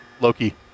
Loki